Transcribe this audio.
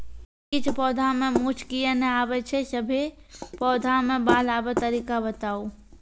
किछ पौधा मे मूँछ किये नै आबै छै, सभे पौधा मे बाल आबे तरीका बताऊ?